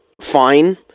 fine